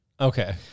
Okay